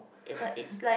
ya but it's like